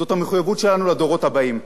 זאת המחויבות שלנו לדורות הבאים.